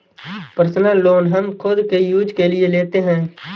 personal loan हम खुद के यूज के लिए लेते है